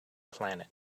planet